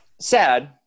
sad